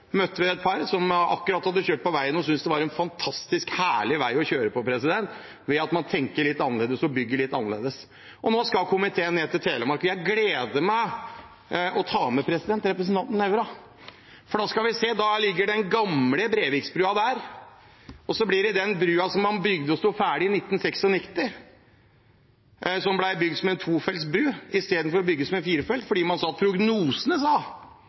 møtte jeg et par som akkurat hadde kjørt på den veien og syntes det var en fantastisk herlig vei å kjøre på. Man tenker litt annerledes og bygger litt annerledes. Nå skal komiteen til Telemark. Jeg gleder meg til å ta med meg representanten Nævra, for da skal vi se på den gamle Breviksbrua der. Og så er det den brua som sto ferdig i 1996, som ble bygd som en tofelts bru istedenfor firefelts, fordi prognosene sa at det ikke ble så stor vekst i trafikken. Realiteten var at